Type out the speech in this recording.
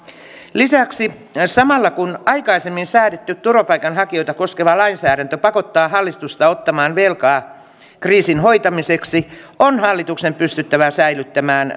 lisäksi samalla kun aikaisemmin säädetty turvapaikanhakijoita koskeva lainsäädäntö pakottaa hallituksen ottamaan velkaa kriisin hoitamiseksi on hallituksen pystyttävä säilyttämään